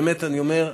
באמת אני אומר,